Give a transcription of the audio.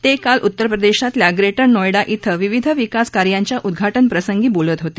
ते काल उत्तर प्रदेशातल्या प्रेटर नोएडा शिं विविध विकास कार्यांच्या उद्घाटनप्रसंगी बोलत होते